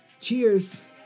cheers